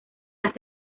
las